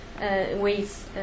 ways